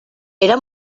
era